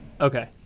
Okay